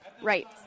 Right